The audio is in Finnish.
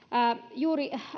juuri